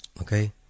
okay